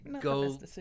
go